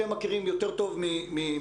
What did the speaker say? אתם מכירים יותר טוב מכולם,